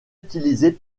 utilisée